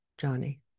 Johnny